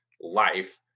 life